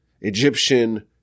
Egyptian